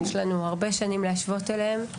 יש לנו הרבה שנים להשוות אליהן,